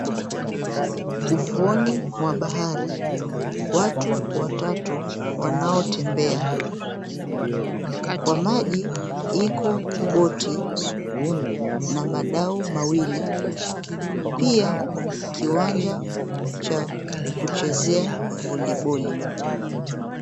Ufuoni mwa bahari, watu watatu wanaotembea kwa maji iko boti na madau mawili pia kiwanja cha kuchezea voliboli.